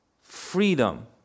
freedom